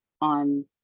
on